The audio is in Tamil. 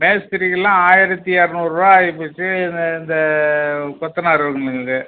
மேஸ்திரிக்குலாம் ஆயிரத்து எரநூறுரூவா ஆயிபோச்சு இந்த இந்த கொத்தனார் இவங்க இது